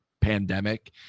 pandemic